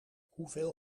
hoeveel